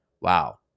wow